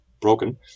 broken